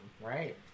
Right